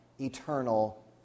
eternal